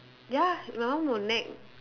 ya my mum will nag